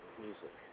music